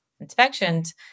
inspections